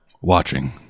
watching